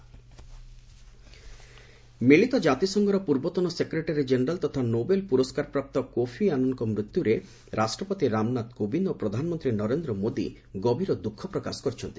ପ୍ରେକ୍ ପିଏମ୍ ଆନନ୍ ମିଳିତ କାତିସଂଘର ପୂର୍ବତନ ସେକ୍ରେଟାରୀ କେନେରାଲ୍ ତଥା ନୋବେଲ୍ ପୁରସ୍କାରପ୍ରାପ୍ତ କୋର୍ପି ଆନନ୍ଙ୍କ ମୃତ୍ୟୁରେ ରାଷ୍ଟ୍ରପତି ରାମନାଥ କୋବିନ୍ଦ୍ ଓ ପ୍ରଧାନମନ୍ତ୍ରୀ ନରେନ୍ଦ୍ର ମୋଦି ଗଭୀର ଦ୍ରୁଃଖ ପ୍ରକାଶ କରିଛନ୍ତି